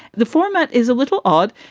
the format is a little odd.